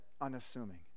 unassuming